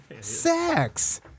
Sex